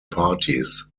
parties